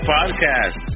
Podcast